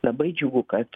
labai džiugu kad